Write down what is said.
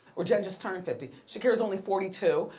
or jen just turned fifty. shakira's only forty two.